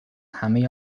همهی